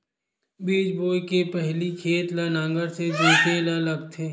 बीज बोय के पहिली खेत ल नांगर से जोतेल लगथे?